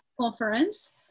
conference